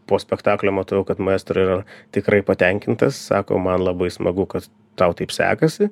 po spektaklio matau kad maestro yra tikrai patenkintas sako man labai smagu kad tau taip sekasi